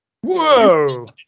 Whoa